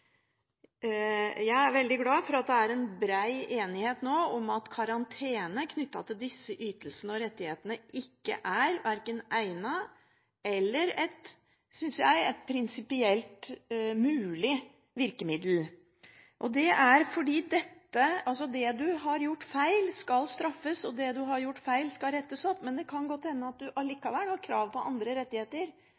Jeg er veldig glad for at det er bred enighet om at karantene knyttet til disse ytelsene og rettighetene ikke er verken egnet eller – synes jeg – et prinsipielt mulig virkemiddel. Det man har gjort feil, skal straffes. Og det man har gjort feil, skal rettes opp. Det kan godt hende at